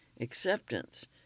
acceptance